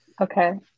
okay